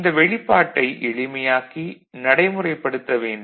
இந்த வெளிப்பாட்டை எளிமையாக்கி நடைமுறைப்படுத்த வேண்டும்